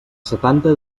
setanta